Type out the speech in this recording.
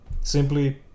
Simply